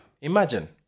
Imagine